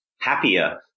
happier